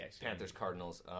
Panthers-Cardinals